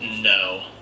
No